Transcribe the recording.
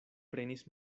prenis